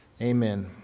Amen